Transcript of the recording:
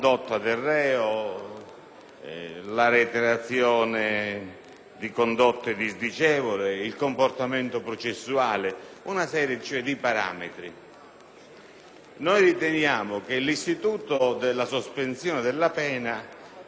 la reiterazione di condotte disdicevoli, il comportamento processuale, cioè una serie di parametri. Noi riteniamo che l'istituto della sospensione della pena vada